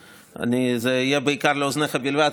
זה יהיה בעיקר לאוזניך בלבד,